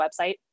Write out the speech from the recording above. website